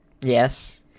Yes